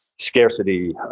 scarcity